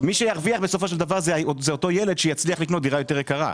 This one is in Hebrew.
מי שירוויח בסופו של דבר זה אותו ילד שיצליח לקנות דירה יותר יקרה.